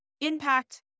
impact